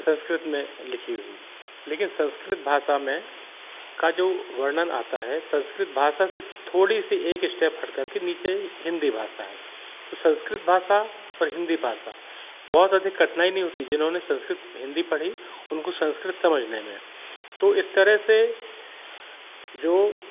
संस्कृत में लिखी हुई हैं लेकिन संस्कृत भाषा में का जो वर्णन आता है संस्कृत भाषा से थोड़ी से एक स्टेप हट कर के नीचे हिन्दी भाषा है तो संस्कृत भाषा और हिन्दी भाषा बहुत अधिक कठनाई नहीं होती जिन्होंने संस्कृत हिन्दी पढ़ी उनको संस्कृत समझने में तो इस तरह से जो